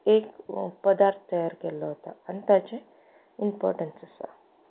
एक पदार्थ तयार केल्लो वता आनी ताचें इम्पोर्टंस आसा